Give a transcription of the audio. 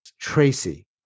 Tracy